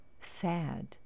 sad